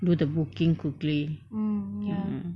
do the booking quickly mm